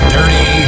Dirty